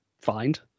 find